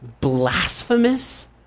blasphemous